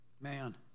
man